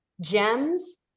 gems